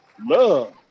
love